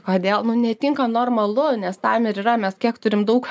kodėl nu netinka normalu nes tam ir yra mes kiek turim daug